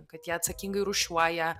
kad jie atsakingai rūšiuoja